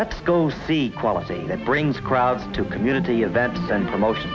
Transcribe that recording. let's go see quality that brings crowds to community events and promotion